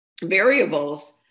variables